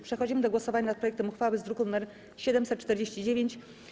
Przechodzimy do głosowania nad projektem uchwały z druku nr 749.